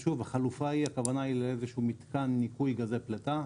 הכוונה היא למתקן ניקוי גזי פליטה.